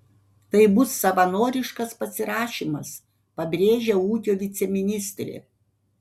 tai bus savanoriškas pasirašymas pabrėžia ūkio viceministrė